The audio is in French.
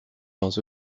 dans